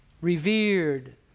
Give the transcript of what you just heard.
Revered